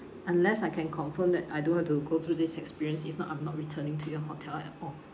unless I can confirm that I don't have to go through this experience if not I'm not returning to your hotel at all